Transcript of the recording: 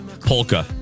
polka